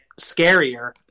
scarier